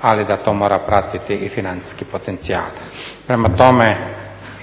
ali da to mora pratiti i financijski potencijal. Prema tome,